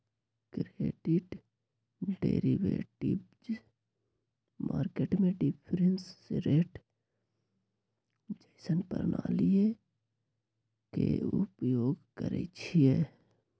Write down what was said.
credit derivatives market में difference rate जइसन्न प्रणालीइये के उपयोग करइछिए